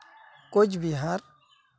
Cooch Behar